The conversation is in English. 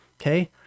okay